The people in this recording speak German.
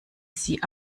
sie